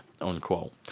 unquote